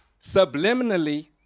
subliminally